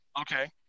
Okay